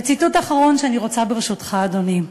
וציטוט אחרון שאני רוצה, ברשותך, אדוני.